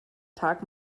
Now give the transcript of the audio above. tag